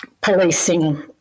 policing